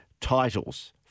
titles